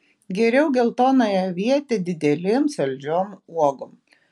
geriau geltonąją avietę didelėm saldžiom uogom